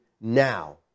now